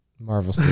Marvel